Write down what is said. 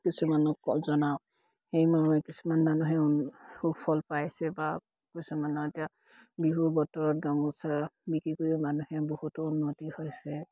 কিছুমানক জনাওঁ সেই ময়ে কিছুমান মানুহে সুফল পাইছে বা কিছুমানৰ এতিয়া বিহুৰ বতৰত গামোচা বিক্ৰী কৰিও মানুহে বহুতো উন্নতি হৈছে